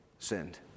sinned